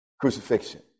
Crucifixion